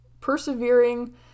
persevering